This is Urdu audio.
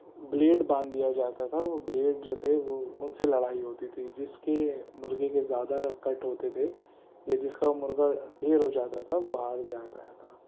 بلیڈ باندھ دیا جاتا تھا وہ بلیڈ جو تھے وہ ان سے لڑائی ہوتی تھی جس کے مرغے کے زیادہ کٹ ہوتے تھے یا جس کا مرغا ڈھیر ہو جاتا تھا وہ ہار جاتا تھا